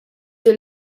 din